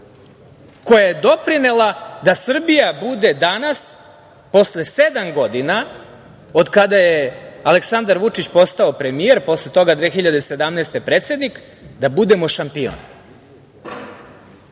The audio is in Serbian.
koja je doprinela da Srbija bude danas, posle sedam godina od kada je Aleksandar Vučić postao premijer, posle toga 2017. godine predsednik, da budemo šampion. Ono